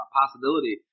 possibility